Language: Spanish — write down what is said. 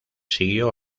siguió